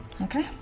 Okay